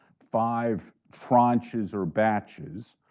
five tranches or batches.